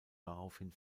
daraufhin